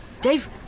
Dave